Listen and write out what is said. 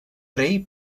rei